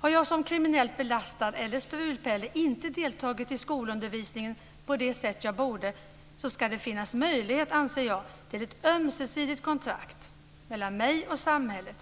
Har jag som kriminellt belastad eller strulpelle inte deltagit i skolundervisningen på det sätt jag borde ska det finnas möjlighet till ett ömsesidigt kontrakt mellan mig och samhället